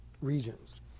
regions